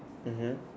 mmhmm